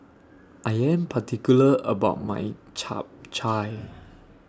I Am particular about My Chap Chai